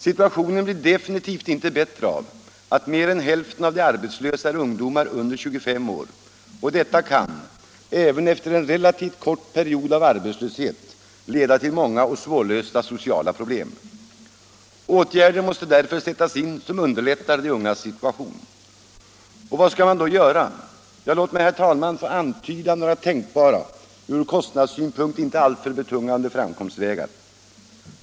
Situationen blir definitivt inte bättre av att mer än hälften av de arbetslösa är ungdomar under 25 år, och detta kan även efter en relativt kort period av arbetslöshet leda till många och svårlösta sociala problem. Åtgärder måste därför sättas in som underlättar de ungas situation. Vad skall man då göra? Ja, låt mig få antyda några tänkbara, och från kostnadssynpunkt inte alltför betungande, framkomstvägar.